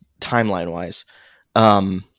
timeline-wise